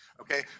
Okay